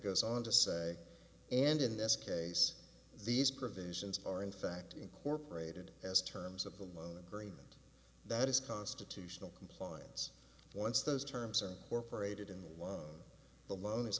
goes on to say and in this case these provisions are in fact incorporated as terms of the loan agreement that is constitutional compliance once those terms are were paraded in the one the lo